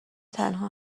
تنها